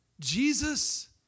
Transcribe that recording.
Jesus